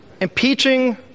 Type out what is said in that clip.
Impeaching